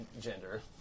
Gender